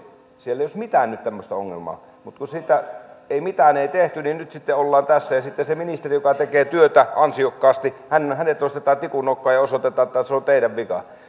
siellä ei olisi mitään tämmöistä ongelmaa mutta kun mitään ei tehty niin nyt sitten ollaan tässä ja se ministeri joka tekee työtä ansiokkaasti nostetaan tikun nokkaan ja osoitetaan että se on teidän vikanne